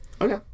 okay